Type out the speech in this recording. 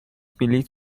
بلیط